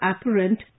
apparent